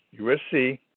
USC